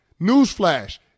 Newsflash